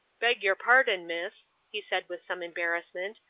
beg your pardon, miss, he said with some embarrassment,